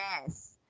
Yes